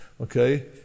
okay